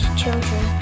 children